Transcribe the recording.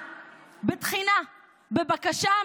החוצה, בבקשה.